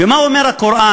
ומה אומר הקוראן: